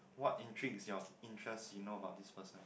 what intrigues your interest you know about this person